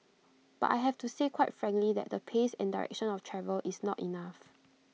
but I have to say quite frankly that the pace and direction of travel is not enough